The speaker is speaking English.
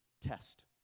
Test